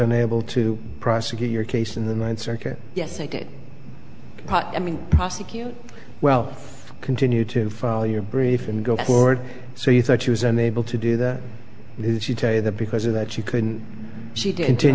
unable to prosecute your case in the ninth circuit yes i did i mean prosecute well continue to follow your brief and go forward so you thought she was unable to do that is she tell you that because of that she couldn't she didn't te